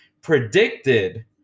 predicted